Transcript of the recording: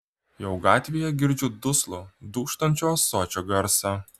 jau gatvėje girdžiu duslų dūžtančio ąsočio garsą